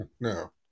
no